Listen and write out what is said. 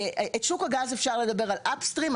את שוק הגז אפשר לדבר על אפסטרים,